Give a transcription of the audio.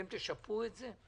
אתם תשפו את זה?